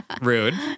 rude